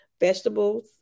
vegetables